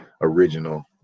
original